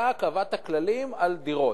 אתה קבעת כללים על דירות.